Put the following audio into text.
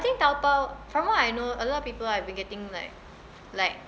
I think taobao from what I know a lot of people have been getting like like